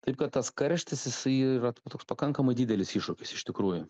taip kad tas karštis jisai yra toks pakankamai didelis iššūkis iš tikrųjų